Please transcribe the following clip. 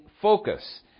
focus